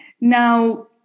Now